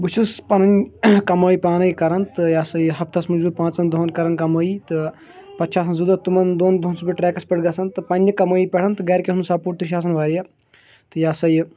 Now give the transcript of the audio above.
بہٕ چھُس پَنٕنۍ کمٲے پانے کران تہٕ یہِ ہسا یہِ ہفتس منٛز چھُس بہٕ پانٛژن دۄہَن کران کمٲیی تہٕ پتہٕ چھُ آسان زٕ دۄہ تِمن دۄن دۄہن چھُس بہٕ ٹریکس پٮ۪ٹھ گژھان تہٕ پننہِ کمٲیی پٮ۪ٹھ تہٕ گرِکٮ۪ن ہُنٛد سپوٹ تہِ چھُ آسان واریاہ تہٕ یہِ سا یہِ